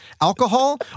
alcohol